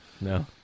No